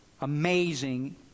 amazing